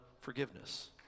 forgiveness